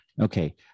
Okay